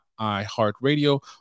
iHeartRadio